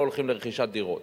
לא הולכים לרכישת דירות.